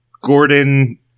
Gordon